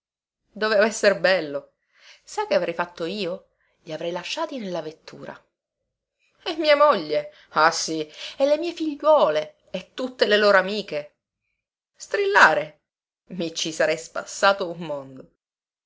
doveva esser bello sa che avrei fatto io li avrei lasciati nella vettura e mia moglie ah sì e le mie figliuole e tutte le loro amiche strillare mi ci sarei spassato un mondo